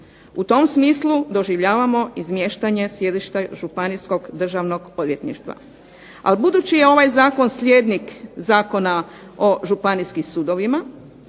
U tom smislu doživljavamo izmještanje sjedišta županijskog državnog odvjetništva. A budući je ovaj zakon slijednik Zakona o županijskim sudovima